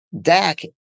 Dak